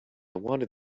wanted